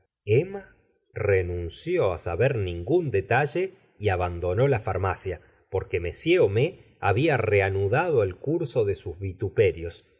emma renunció á saber ningún detalle y abandonó la farmacia porque m homais había reanudado el curso de sus vituperios